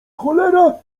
cholera